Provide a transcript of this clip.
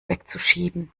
wegzuschieben